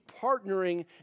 partnering